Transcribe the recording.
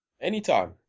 Anytime